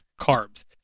carbs